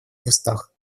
местах